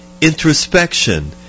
introspection